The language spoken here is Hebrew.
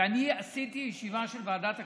ואני עשיתי ישיבה של ועדת הכספים.